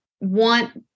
want